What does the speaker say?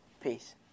Peace